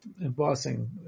embossing